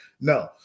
No